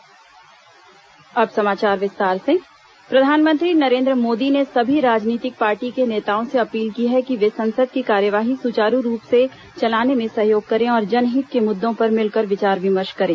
सरकार सर्वदलीय बैठक प्रधानमंत्री नरेंद्र मोदी ने सभी राजनीतिक पार्टी के नेताओं से अपील की है कि वे संसद की कार्यवाही सुचारू रूप से चलाने में सहयोग करें और जनहित के मुद्दों पर मिलकर विचार विमर्श करें